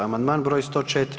Amandman broj 104.